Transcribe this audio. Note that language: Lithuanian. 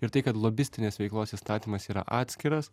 ir tai kad lobistinės veiklos įstatymas yra atskiras